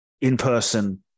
in-person